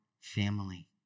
family